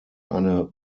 eine